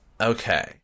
Okay